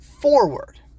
forward